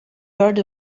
heard